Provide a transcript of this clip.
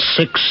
six